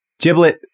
Giblet